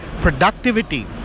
productivity